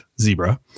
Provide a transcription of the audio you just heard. zebra